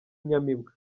inyamibwa